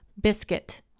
biscuit